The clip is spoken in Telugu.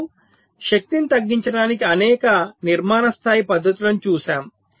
ఇప్పుడు శక్తిని తగ్గించడానికి అనేక నిర్మాణ స్థాయి పద్ధతులను చూశాము